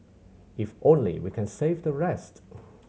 if only we can save the rest